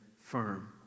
firm